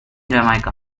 jamaica